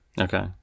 Okay